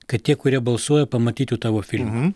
kad tie kurie balsuoja pamatytų tavo filmą